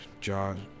John